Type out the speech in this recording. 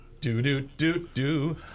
Do-do-do-do